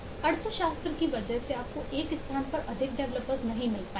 अर्थशास्त्र की वजह से आपको एक स्थान पर अधिक डेवलपर्स नहीं मिलेंगे